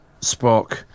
Spock